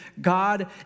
God